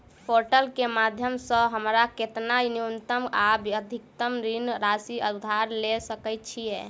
Portal केँ माध्यम सऽ हमरा केतना न्यूनतम आ अधिकतम ऋण राशि उधार ले सकै छीयै?